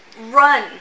run